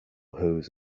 whose